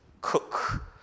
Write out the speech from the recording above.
cook